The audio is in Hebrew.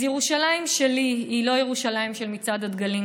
אז ירושלים שלי היא לא ירושלים של מצעד הדגלים,